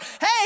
Hey